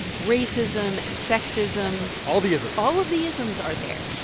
racism and sexism all the isms all of the isms are there.